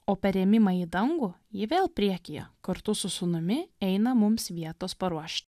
o per ėmimą į dangų ji vėl priekyje kartu su sūnumi eina mums vietos paruoš